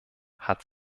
hat